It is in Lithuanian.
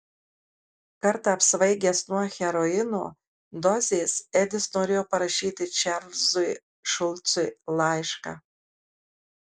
kartą apsvaigęs nuo heroino dozės edis norėjo parašyti čarlzui šulcui laišką